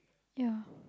yeah